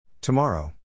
Tomorrow